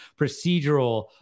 procedural